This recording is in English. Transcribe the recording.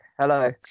Hello